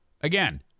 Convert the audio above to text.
Again